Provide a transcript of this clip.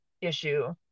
issue